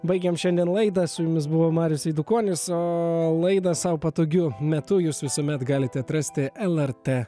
baigėm šiandien laida su jumis buvo marius eidukonis o laidą sau patogiu metu jūs visuomet galite atrasti lrt